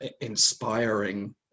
inspiring